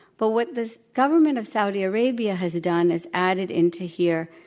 but what the government of saudi arabia has done is added into here,